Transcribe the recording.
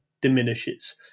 diminishes